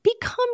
become